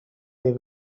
they